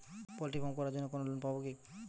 Poultry farm করার জন্য কোন লোন পাব?